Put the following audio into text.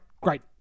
great